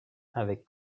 avec